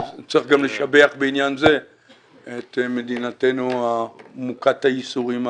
צריך גם לשבח בעניין זה את מדינתנו מוכת הייסורים האחרים.